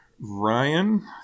Ryan